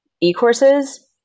e-courses